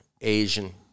Asian